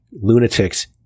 lunatics